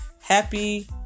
happy